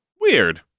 Weird